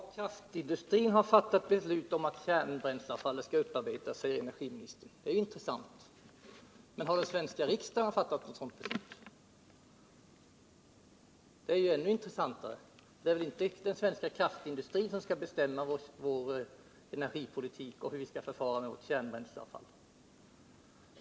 Herr talman! Kraftindustrin har fattat beslut om att kärnbränsleavfallet skall upparbetas, säger energiministern. Det är intressant. Det skulle vara ännu intressantare att få veta, om den svenska riksdagen har fattat ett sådant beslut. Det är väl inte den svenska kraftindustrin som skall bestämma vår energipolitik och hur vi skall förfara med vårt kärnbränsleavfall?